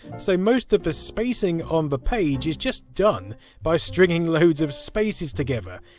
so most of the spacing on the page is just done by stringing loads of spaces together.